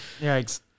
Yikes